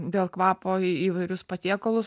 dėl kvapo į įvairius patiekalus